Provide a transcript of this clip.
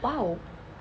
!wow!